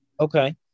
Okay